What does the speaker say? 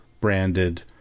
branded